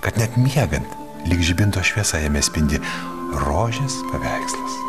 kad net miegant lyg žibinto šviesa jame spindi rožės paveikslas